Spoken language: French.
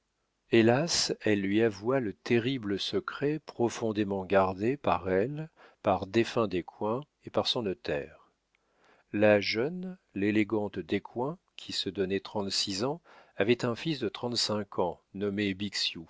hélas elle lui avoua le terrible secret profondément gardé par elle par défunt descoings et par son notaire la jeune l'élégante descoings qui se donnait trente-six ans avait un fils de trente-cinq ans nommé